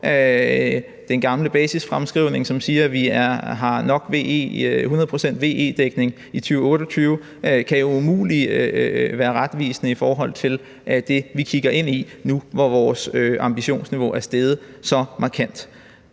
Den gamle basisfremskrivning, som siger, at vi har 100 pct. VE-dækning i 2028, kan jo umuligt være retvisende i forhold til det, vi kigger ind i nu, hvor vores ambitionsniveau er steget så markant.